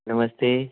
नमस्ते